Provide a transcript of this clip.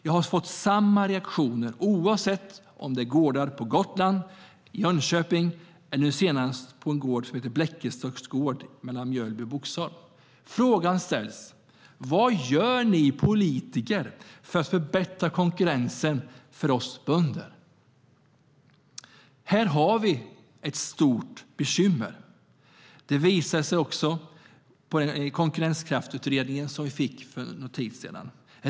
Jag har fått samma reaktioner, oavsett om det varit på gårdar på Gotland eller i Jönköpingstrakten, eller nu senast på gården Bleckenstad mellan Mjölby och Boxholm. Frågan ställs: Vad gör ni politiker för att förbättra konkurrensen för oss bönder? Här har vi ett stort bekymmer. Det visade också Konkurrenskraftsutredningen, vars slutbetänkande vi fick för en tid sedan.